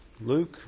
Luke